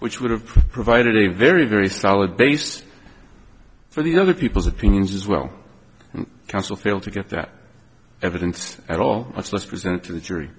which would have provided a very very solid basis for the other people's opinions as well counsel failed to get that evidence at all much less present to the jury